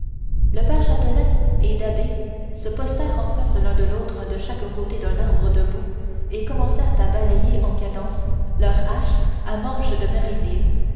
le père chapdelaine et da'bé se postèrent en face l'un de l'autre de chaque côté d'un arbre debout et commencèrent à balancer en cadence leurs haches à manche de merisier